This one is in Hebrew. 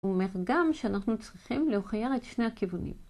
הוא אומר גם שאנחנו צריכים להוכיח את שני הכיוונים.